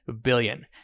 billion